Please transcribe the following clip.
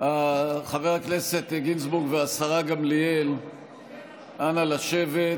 חבר הכנסת גינזבורג והשרה גמליאל, אנא, לשבת.